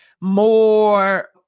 more